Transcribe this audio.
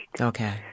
Okay